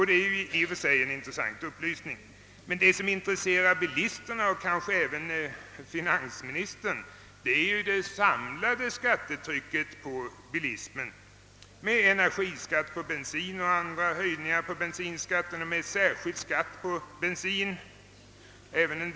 Det är i och för sig en intressant upplysning. Men det som intresserar bilisterna och kanske även finansministern är ju det samlade skattetrycket på bilismen med energiskatten på bensin, andra höjningar av bensinskatten och = trafikomläggningsavgiften.